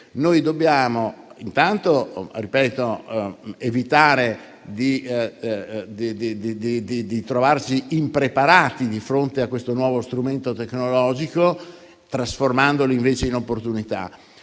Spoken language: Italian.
- dobbiamo evitare di trovarci impreparati di fronte a questo nuovo strumento tecnologico, trasformandolo invece in opportunità.